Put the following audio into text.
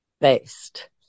based